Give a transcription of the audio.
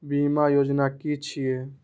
बीमा योजना कि छिऐ?